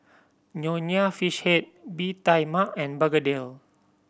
Nonya Fish Head Bee Tai Mak and begedil